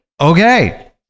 okay